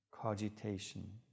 cogitation